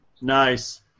Nice